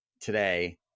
today